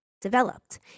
developed